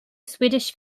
swedish